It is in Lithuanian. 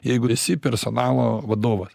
jeigu esi personalo vadovas